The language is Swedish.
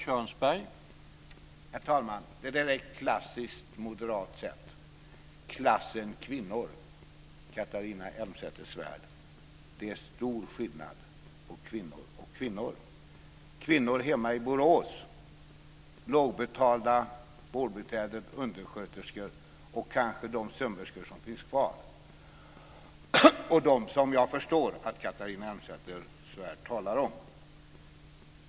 Herr talman! Det är ett klassiskt moderat sätt att uttrycka sig: klassen kvinnor. Det är stor skillnad på kvinnor och kvinnor, Catharina Elmsäter-Svärd. Det är skillnad mellan kvinnor hemma i Borås, lågbetalda vårdbiträden, undersköterskor och de sömmerskor som kanske finns kvar, och de kvinnor som jag förstår att Catharina Elmsäter-Svärd talar om.